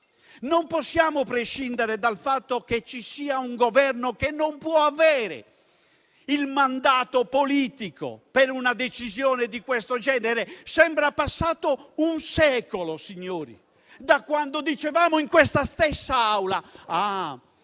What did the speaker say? Non possiamo prescindere dal fatto che ci sia un Governo che non può avere il mandato politico per una decisione di questo genere. Sembra passato un secolo da quando dicevamo in questa stessa Aula